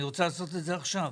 אני רוצה לעשות את זה עכשיו.